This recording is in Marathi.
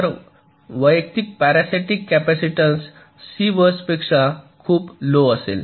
तर वैयक्तिक पॅरासिटिक कॅपॅसिटन्स सी बसपेक्षा खूप लो असेल